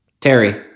Terry